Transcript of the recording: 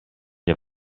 nie